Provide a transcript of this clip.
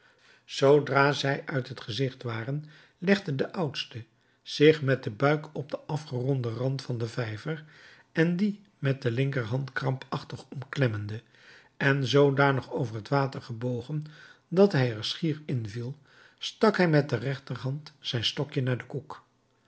zoodra zij uit het gezicht waren legde de oudste zich met den buik op den afgeronden rand van den vijver en dien met de linkerhand krampachtig omklemmende en zoodanig over het water gebogen dat hij er schier in viel stak hij met de rechterhand zijn stokje naar den koek